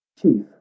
chief